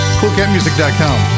coolcatmusic.com